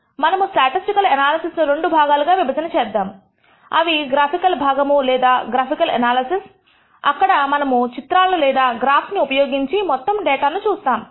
మనము statistical analysis ను రెండు భాగాలుగా విభజన చేద్దాం అవి గ్రాఫికల్ భాగము లేదా గ్రాఫికల్ ఎనాలిసిస్ అక్కడ మనము చిత్రాలు లేదా గ్రాఫ్స్ ను ఉపయోగించి మొత్తం డేటా ను చూస్తాము